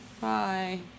Bye